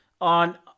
On